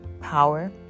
power